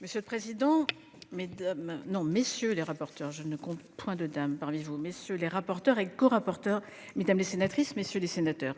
messieurs les rapporteurs, mesdames les sénatrices, messieurs les sénateurs,